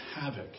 havoc